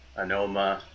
Anoma